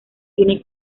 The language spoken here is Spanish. tiene